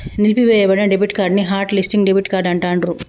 నిలిపివేయబడిన debit card ని hot listing debit card అంటాండ్రు